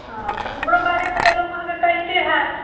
हँ तऽ हमरो बारेमे तऽ लोक अहाँकेँ कहिते होयत